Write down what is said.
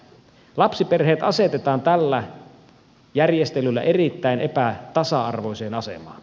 lapsiperheet asetetaan tällä järjestelyllä erittäin epätasa arvoiseen asemaan